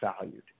valued